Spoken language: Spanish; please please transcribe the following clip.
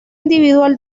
individual